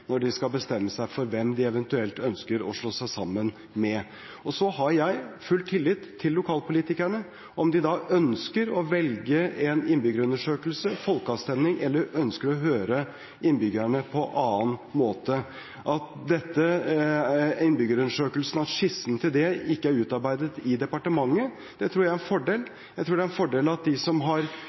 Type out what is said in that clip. når de skal bestemme seg for hvem de eventuelt ønsker å slå seg sammen med. Jeg har full tillit til lokalpolitikerne – om de ønsker å velge en innbyggerundersøkelse, folkeavstemning eller ønsker å høre innbyggerne på annen måte. At innbyggerundersøkelsen og skissen til den ikke er utarbeidet i departementet, tror jeg er en fordel. Jeg tror det er en fordel at de som har